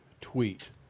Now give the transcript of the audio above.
tweet